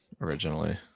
originally